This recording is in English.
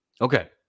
Okay